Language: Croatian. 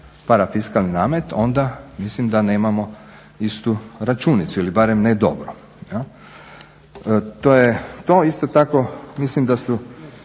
parafiskalni namet onda mislim da nemamo istu računicu ili barem ne dobro. To isto tako mislim da je